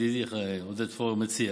ידידי עודד פורר מציע,